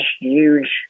huge